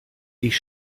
ich